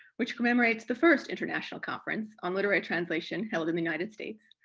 which commemorates the first international conference on literary translation, held in the united states,